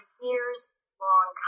years-long